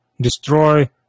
Destroy